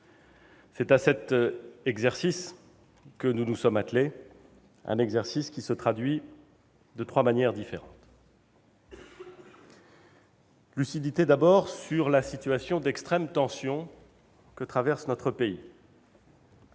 C'est à cet exercice que nous nous sommes attelés, un exercice qui se traduit de trois manières différentes. Lucidité, d'abord, sur la situation d'extrême tension que traverse notre pays.